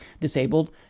disabled